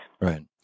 Right